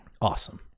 awesome